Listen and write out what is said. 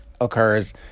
occurs